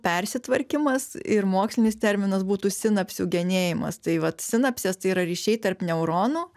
persitvarkymas ir mokslinis terminas būtų sinapsių genėjimas tai vat sinapsės tai yra ryšiai tarp neuronų